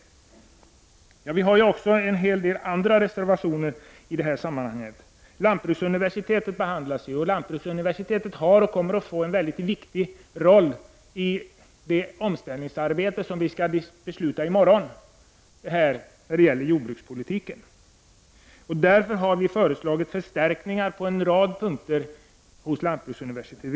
Centerpartiet har också avgivit en hel del andra reservationer i detta sammanhang, och bl.a. behandlas lantbruksuniversitetet. Lantbruksuniversitetet har och kommer att få en mycket viktig roll i det omställningsarbete inom jordbrukspolitiken som vi skall besluta om här i kammaren i morgon. Centern har därför föreslagit förstärkningar på en rad punkter när det gäller lantbruksuniversitetet.